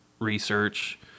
research